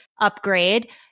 upgrade